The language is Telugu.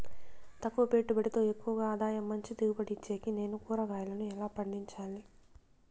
తక్కువ పెట్టుబడితో ఎక్కువగా ఆదాయం మంచి దిగుబడి ఇచ్చేకి నేను కూరగాయలను ఎలా పండించాలి?